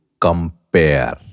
compare